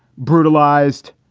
brutalized,